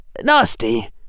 Nasty